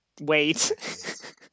Wait